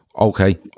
okay